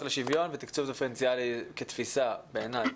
לשוויון ותקצוב דיפרנציאלי כתפיסה בעיני.